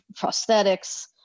prosthetics